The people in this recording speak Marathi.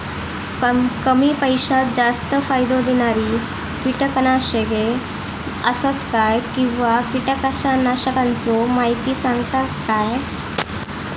कमी पैशात जास्त फायदो दिणारी किटकनाशके आसत काय किंवा कीटकनाशकाचो माहिती सांगतात काय?